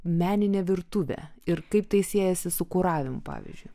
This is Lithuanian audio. meninė virtuvė ir kaip tai siejasi su kuravimu pavyzdžiui